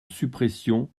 suppression